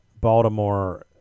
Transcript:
Baltimore